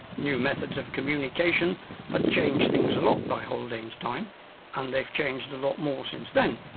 new methods of communication had changed things a lot by haldane's time and they've changed a lot more since then.